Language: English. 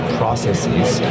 processes